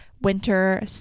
winter